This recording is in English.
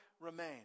remain